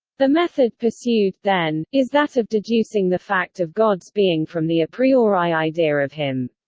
the method pursued, then, is that of deducing the fact of god's being from the a priori idea of him.